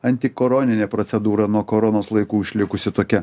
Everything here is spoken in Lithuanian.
antikoroninė procedūra nuo koronos laikų išlikusi tokia